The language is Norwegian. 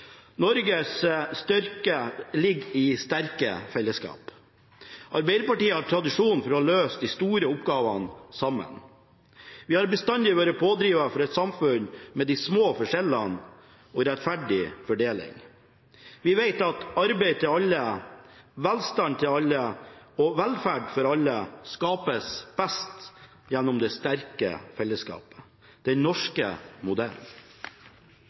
Norges styrke ligger i sterke fellesskap. Arbeiderpartiet har tradisjon for å løse de store oppgavene sammen. Vi har bestandig vært pådriver for et samfunn med de små forskjellene og rettferdig fordeling. Vi vet at arbeid til alle, velstand til alle og velferd for alle skapes best gjennom det sterke fellesskapet – den norske modellen.